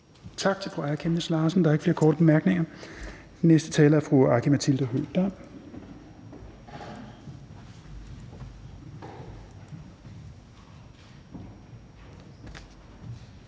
Tak til fru Aaja Chemnitz Larsen. Der er ikke flere korte bemærkninger. Den næste taler er fru Aki-Matilda